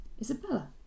Isabella